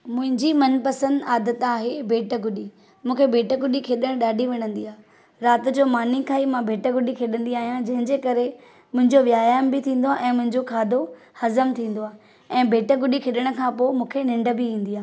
मुंहिंजी मनपसंदि आदत आहे बेट गुॾी मूंखे बेट गुॾी खेॾणु ॾाढी वणंदी आहे रात जो मानी खाई मां बेट गुॾी खेॾंदी आहियां जंहिंजे करे मुंहिंजो व्यायामु बि थीन्दो आहे ऐं मुंहिंजो खाधो हज़म थीन्दो आहे ऐं बेट गुॾी खेॾण खां पो मूंखे निंड बि ईंदी आहे